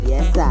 Yes